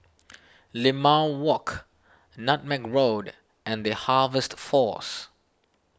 Limau Walk Nutmeg Road and the Harvest force